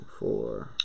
four